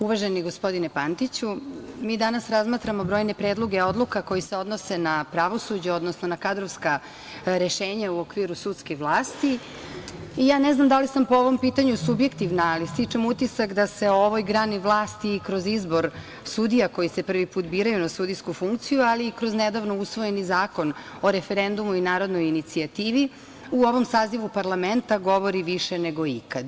Uvaženi gospodine Pantiću, mi danas razmatramo brojne predloge odluka koje se odnose na pravosuđe, odnosno na kadrovska rešenja u okviru sudske vlasti i ne znam da li sam po ovom pitanju subjektivna, ali stičem utisak da se o ovoj grani vlasti i kroz izbor sudija koji se prvi put biraju na sudijsku funkciju, ali i kroz nedavno usvojeni Zakon o referendumu i narodnoj inicijativi u ovom sazivu parlamenta govori više nego ikad.